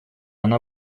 она